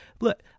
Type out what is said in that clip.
Look